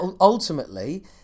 ultimately